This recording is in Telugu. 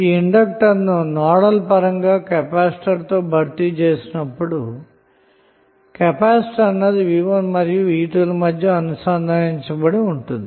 ఈ ఇండక్టర్ను నోడల్ పరంగా కెపాసిటర్ తో భర్తీ చేసినప్పుడు కెపాసిటర్ అన్నది v1 మరియు v2 నోడ్ ల మధ్య అనుసంధానించబడాలి